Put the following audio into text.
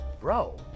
Bro